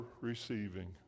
receiving